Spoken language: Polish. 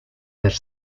też